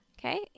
Okay